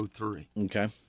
Okay